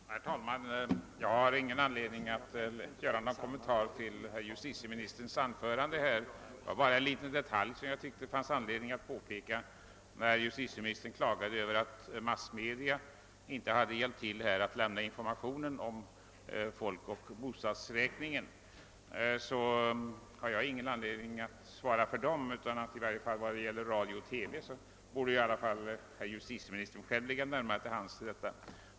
Herr talman! Jag har ingen anledning att göra några kommentarer till herr justitieministerns anförande. Det är bara en liten detalj som jag tycker det finns anledning att peka på. Justitieministern klagade över att massmedia inte hade hjälpt till att lämna information om folkoch bostadsräkningen. Det är inte min sak att svara för massmedia, utan i varje fall när det gäller radio och TV borde herr justitieministern själv ligga närmare till för detta.